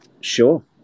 sure